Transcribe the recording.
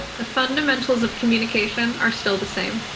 the fundamentals of communication are still the same.